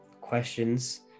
questions